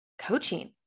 coaching